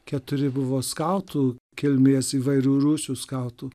keturi buvo skautų kilmės įvairių rūšių skautų